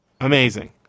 Amazing